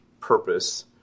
purpose